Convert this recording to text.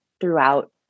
throughout